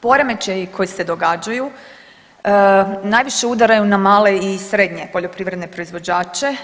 Poremećaji koji se događaju najviše udaraju na male i srednje poljoprivredne proizvođače.